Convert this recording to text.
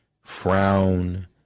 frown